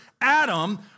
Adam